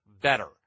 better